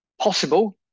possible